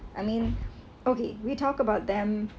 I mean okay we talk about them